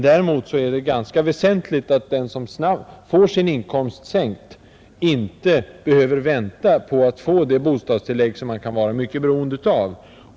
Däremot är det ganska väsentligt att den som snabbt får sin inkomst sänkt inte skall behöva vänta på att få det bostadstillägg som han kan vara så beroende av.